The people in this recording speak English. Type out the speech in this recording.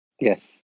Yes